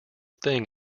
thing